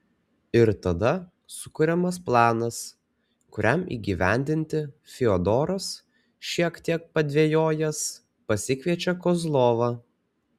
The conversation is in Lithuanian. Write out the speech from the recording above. ir tada sukuriamas planas kuriam įgyvendinti fiodoras šiek tiek padvejojęs pasikviečia kozlovą